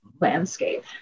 landscape